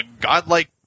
godlike